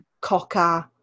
cocker